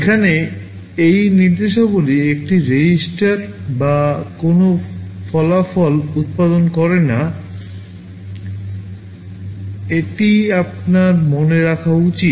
এখানে এই নির্দেশাবলী একটি রেজিস্টার কোন ফলাফল উত্পাদন করে না এটি আপনার মনে রাখা উচিত